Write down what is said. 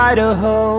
Idaho